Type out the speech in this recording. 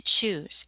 choose